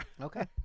Okay